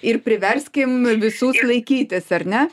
ir priverskim visus laikytis ar ne